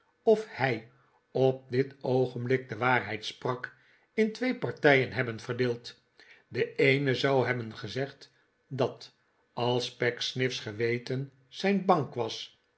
of hij op dit oogenblik de waarheid sprak in twee partijen hebben verdeeld de eene zou hebben gezegd dat als pecksniff's geweten zijn bank was